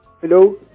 Hello